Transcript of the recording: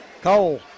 Cole